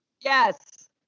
Yes